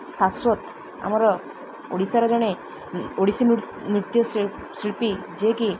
ଶାଶ୍ୱତ ଆମର ଓଡ଼ିଶାର ଜଣେ ଓଡ଼ିଶୀ ନୃ ନୃତ୍ୟ ଶି ଶିଳ୍ପୀ ଯେକି